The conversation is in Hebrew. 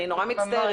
אני נורא מצטערת.